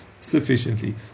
sufficiently